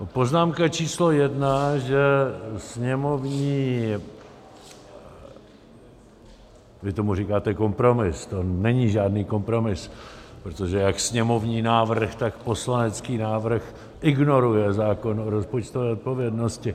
Poznámka číslo jedna, že sněmovní... vy tomu říkáte kompromis, to není žádný kompromis, protože jak sněmovní návrh, tak poslanecký návrh ignoruje zákon o rozpočtové odpovědnosti.